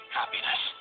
happiness